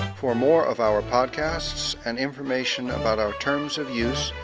for more of our podcasts and information about our terms of use,